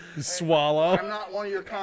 swallow